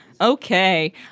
Okay